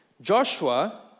Joshua